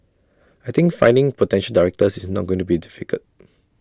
I think finding potential directors is not going to be difficult